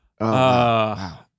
Wow